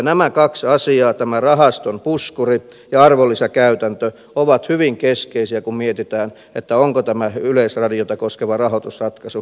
nämä kaksi asiaa tämä rahaston puskuri ja arvonlisäverokäytäntö ovat hyvin keskeisiä kun mietitään onko tämä yleisradiota koskeva rahoitusratkaisu kestävällä pohjalla